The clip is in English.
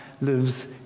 lives